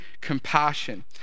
compassion